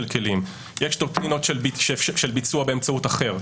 כלים: יש דוקטרינות של ביצוע באמצעות אחר,